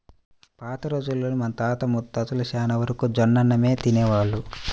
పాత రోజుల్లో మన తాత ముత్తాతలు చానా వరకు జొన్నన్నమే తినేవాళ్ళు